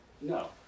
No